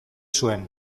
zuen